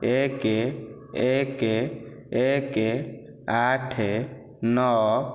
ଏକ ଏକ ଏକ ଆଠ ନଅ